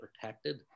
protected